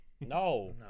No